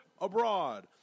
abroad